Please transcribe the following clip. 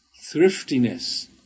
thriftiness